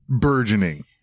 burgeoning